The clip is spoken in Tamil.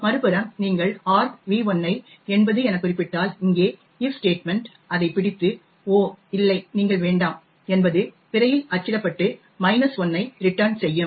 மறுபுறம் நீங்கள் argv1 ஐ 80 எனக் குறிப்பிட்டால் இங்கே if ஸ்டேட்மெண்ட அதை பிடித்து 'ஓ இல்லை நீங்கள் வேண்டாம்' என்பது திரையில் அச்சிடப்பட்டு 1 ஐ ரிடன் செய்யும்